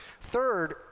Third